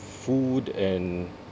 food and